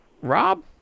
Rob